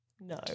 No